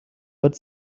but